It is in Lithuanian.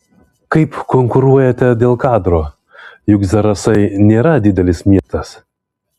kaip konkuruojate dėl kadro juk zarasai nėra didelis miestas